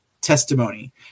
testimony